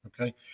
Okay